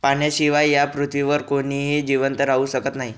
पाण्याशिवाय या पृथ्वीवर कोणीही जिवंत राहू शकत नाही